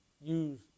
use